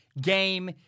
game